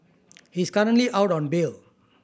he is currently out on bail